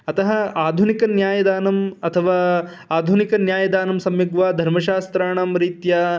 अतः आधुनिकं कन्यायदानम् अथवा आधुनिकं कन्यायदानं सम्यग्वा धर्मशास्त्राणां रीत्या